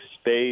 space